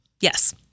Yes